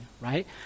right